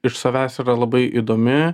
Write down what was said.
iš savęs yra labai įdomi